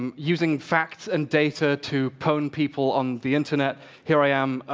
um using facts and data to pwn people on the internet. here i am,